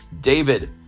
David